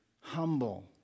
humble